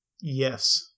Yes